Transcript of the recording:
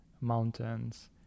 mountains